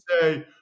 say